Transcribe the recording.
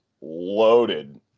loaded